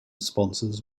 sponsors